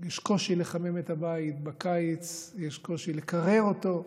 יש קושי לחמם את הבית ובקיץ יש קושי לקרר אותו.